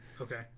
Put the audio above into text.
Okay